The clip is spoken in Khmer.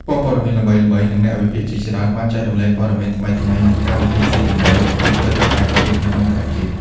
ប៉ុស្តិ៍ព័ត៌មានល្បីៗ និងអ្នកវិភាគជាច្រើនបានចែករំលែកព័ត៌មានថ្មីៗ និងការវិភាគស៊ីជម្រៅអំពីព្រឹត្តិការណ៍ជាតិ និងអន្តរជាតិ។